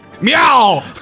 MEOW